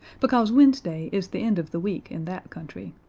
because wednesday is the end of the week in that country.